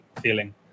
feeling